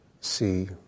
see